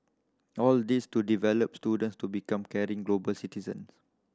all this to develop students to become caring global citizens